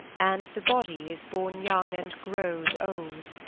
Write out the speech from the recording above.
and the body is born young and grows old.